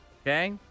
Okay